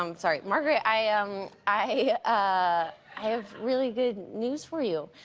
um sorry, margaret, i um i ah have really good news for you.